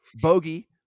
bogey